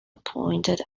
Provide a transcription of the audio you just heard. appointed